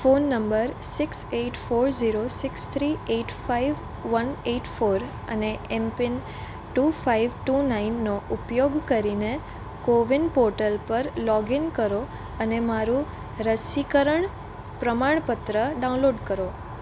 phone number six eight four zero six three eight five one eight four અને M pin two five two નાઇનનો ઉપયોગ કરીને CoWIN portal પર login કરો અને મારું રસીકરણ પ્રમાણપત્ર ડાઉનલોડ કરો